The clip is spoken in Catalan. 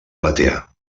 platea